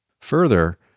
Further